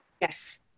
Yes